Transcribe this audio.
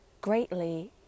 greatly